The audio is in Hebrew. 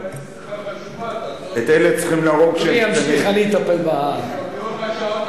איזה מין רעיון מתוחכם זה היה, היא באה היום לדבר